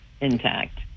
intact